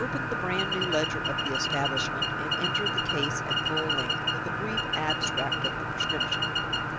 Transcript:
he opened the brand-new ledger of the establishment, and entered the case at full length, with a brief abstract of the prescription.